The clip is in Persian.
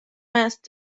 است